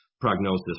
prognosis